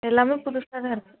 எல்லாமே புதுசாகதான் இருக்குது